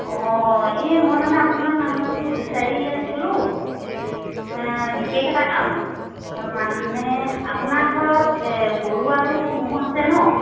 অঁ এই মই মানে আপোনাৰ নাম্বাৰটো বিচাৰি আছিলোঁ বিশেষ এটা কাৰণত মানে আপোনাৰ ঘৰত গৰু আৰু ম'হ আছে নহ্